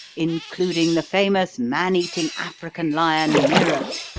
including the famous man-eating african lion, nero,